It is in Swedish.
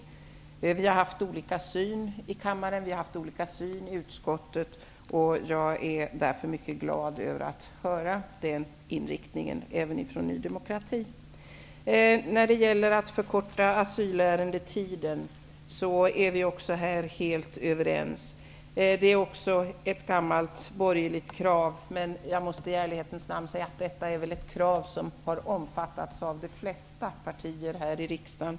Både i kammaren och i utskottet har det ju funnits olika uppfattningar. Jag är därför mycket glad över att även Ny demokrati har samma inriktning som vi andra här. När det gäller förkortningen av asylärendetiden är vi även helt överens. Det är också ett gammalt borgerligt krav. Men i ärlighetens namn måste jag säga att detta krav nog omfattats av flertalet partier i riksdagen.